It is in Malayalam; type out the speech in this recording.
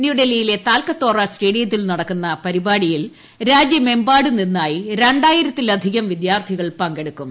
ന്യൂഡൽഹിയിലെ തൽക്കത്തോര സ്റ്റേഡിയത്തിൽ നടക്കുന്ന പരിപാടിയിൽ രാജ്യമെമ്പാടും നിന്നായി രണ്ടായിരത്തിലധികം വിദൃാർത്ഥികൾ പങ്കെടുക്കും